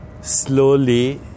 slowly